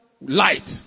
light